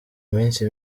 minsi